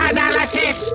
Analysis